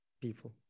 people